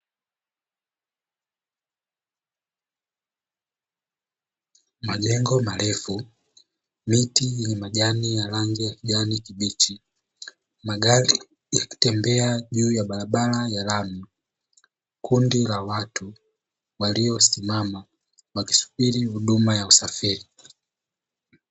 Majengo marefu, miti yenye majani ya rangi ya kijani kibichi, magari yaki tembea juu ya Barabara ya lami, Kundi la watu waliosimama wakisubiri huduma ya usafiri.